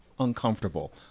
uncomfortable